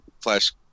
Flash